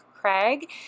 Craig